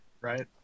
right